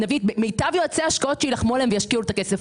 נביא את מיטב יועצי ההשקעות שיילחמו עליהם וישקיעו את הכסף.